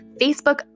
Facebook